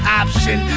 option